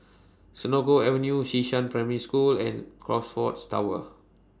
Senoko Avenue Xishan Primary School and Crockfords Tower